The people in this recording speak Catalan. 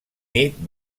nit